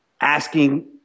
asking